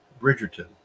Bridgerton